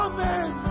Amen